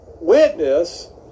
witness